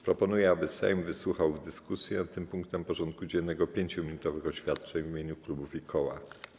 Proponuję, aby Sejm wysłuchał w dyskusji nad tym punktem porządku dziennego 5-minutowych oświadczeń w imieniu klubów i koła.